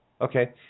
Okay